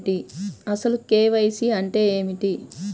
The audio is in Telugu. అసలు కే.వై.సి అంటే ఏమిటి?